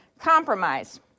Compromise